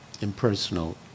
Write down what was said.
impersonal